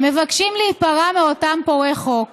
ומבקשים להיפרע מאותם פורעי חוק.